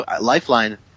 Lifeline